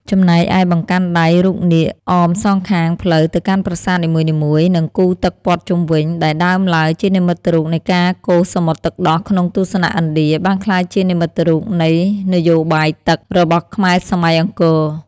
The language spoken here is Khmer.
ចំណែកឯបង្កាន់ដៃរូបនាគអមសងខាងផ្លូវទៅកាន់ប្រាសាទនីមួយៗ និងគូទឹកព័ទ្ធជុំវិញ ដែលដើមឡើយជានិមិត្តរូបនៃការកូរសមុទ្រទឹកដោះក្នុងទស្សនៈឥណ្ឌា បានក្លាយជានិមិត្តរូបនៃ នយោបាយទឹក របស់ខ្មែរសម័យអង្គរ។